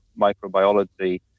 microbiology